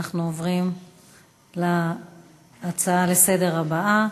נעבור להצעה לסדר-היום בנושא: